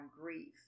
grief